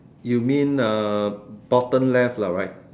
you mean uh bottom left lah right